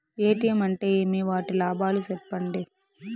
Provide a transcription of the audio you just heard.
ATM అంటే ఏమి? వాటి లాభాలు సెప్పండి?